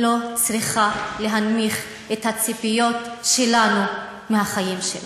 לא צריכות להנמיך את הציפיות שלנו מהחיים שלנו.